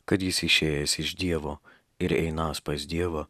kad jis išėjęs iš dievo ir einąs pas dievą